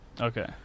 Okay